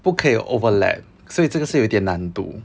不可以 overlap 所以这个是有点难度